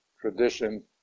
tradition